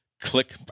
click